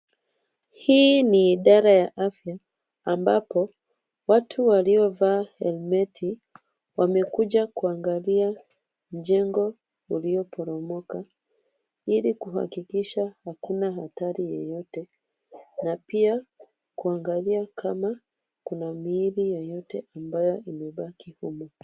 Hii ni idara ya afya, ambapo watu waliovaa helmet , wamekuja kuangalia jengo ulioporomoka ili kuhakikisha hakuna hatari yoyote na pia kuangalia kama kuna mili yoyote ambayo imebaki humu.